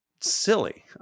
silly